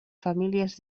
famílies